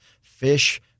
fish